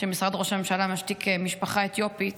שמשרד ראש הממשלה משתיק משפחה אתיופית